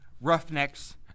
Roughnecks